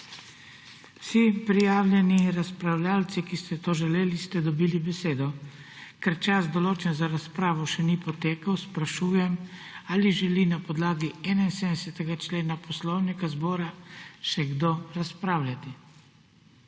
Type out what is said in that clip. Vsi prijavljeni razpravljavci, ki ste to želeli, ste dobili besedo. Ker čas, določen za razpravo, še ni potekel, sprašujem, ali želi na podlagi 71. člena Poslovnika Državnega zbora še kdo razpravljati.